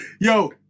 yo